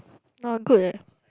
not good eh